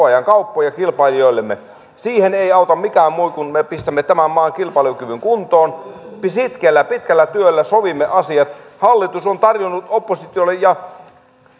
ajan kauppoja kilpailijoillemme siihen ei auta mikään muu kuin että pistämme tämän maan kilpailukyvyn kuntoon sitkeällä pitkällä työllä sovimme asiat hallitus on tarjonnut oppositiolle ja